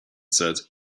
said